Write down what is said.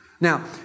Now